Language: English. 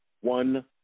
one